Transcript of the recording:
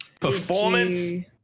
performance